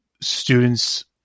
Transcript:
students